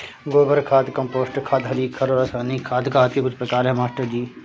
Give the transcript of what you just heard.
गोबर खाद कंपोस्ट खाद हरी खाद और रासायनिक खाद खाद के कुछ प्रकार है मास्टर जी